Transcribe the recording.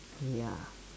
ya